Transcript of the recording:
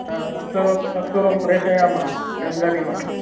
हा तत्सर्वं तत्सर्वं प्रेषयामः वयं जानीमः